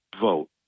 Vote